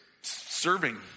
Serving